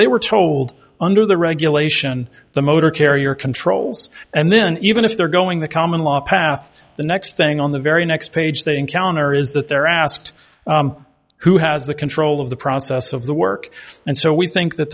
they were told under the regulation the motor carrier controls and then even if they're going the common law path the next thing on the very next page they encounter is that they're asked who has the control of the process of the work and so we think that